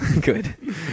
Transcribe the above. Good